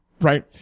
Right